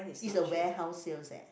is a warehouse sales eh